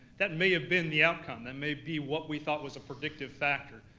that may have been the outcome, that may be what we thought was a predictive factor.